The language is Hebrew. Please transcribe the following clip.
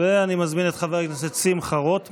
אני מזמין את חבר הכנסת רוטמן,